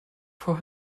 for